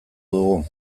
dugu